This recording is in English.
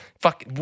fuck